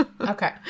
Okay